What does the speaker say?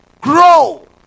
Grow